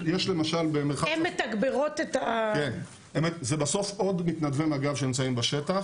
זה בסוף עוד מתנדבי מג"ב שנמצאים בשטח